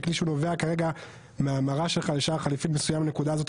של כלי שהוא נובע כרגע מההמרה שלך לשער חליפין מסוים בנקודה הזאת,